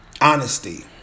honesty